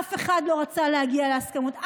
אף אחד לא רצה להגיע להסכמות.